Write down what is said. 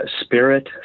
Spirit